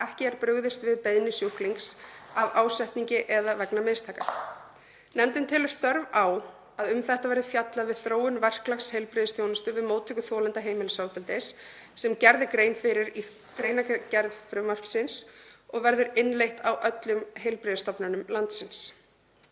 ekki er brugðist við beiðni sjúklings af ásetningi eða vegna mistaka. Nefndin telur þörf á að um þetta verði fjallað við þróun verklags heilbrigðisþjónustu við móttöku þolenda heimilisofbeldis sem gerð er grein fyrir í greinargerð frumvarpsins og verður innleitt á öllum heilbrigðisstofnunum landsins.